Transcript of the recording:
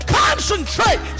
concentrate